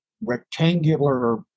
rectangular